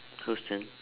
whose turn